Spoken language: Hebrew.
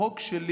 החוק שלי